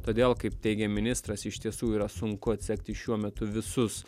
todėl kaip teigė ministras iš tiesų yra sunku atsekti šiuo metu visus